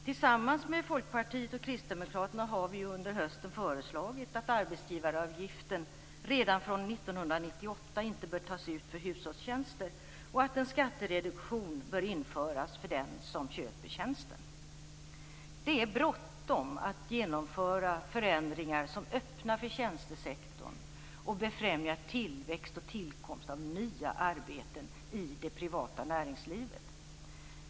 Tillsammans med Folkpartiet och Kristdemokraterna har vi under hösten föreslagit att arbetsgivaravgiften redan fr.o.m. 1998 inte bör tas ut för hushållstjänster och att en skattereduktion bör införas för den som köper tjänsten. Det är bråttom att genomföra förändringar som öppnar tjänstesektorn och befrämjar tillväxt och tillkomst av nya arbeten i det privata näringslivet.